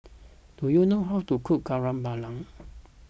do you know how to cook Kari Babi